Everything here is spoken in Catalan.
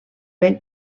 ben